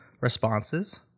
responses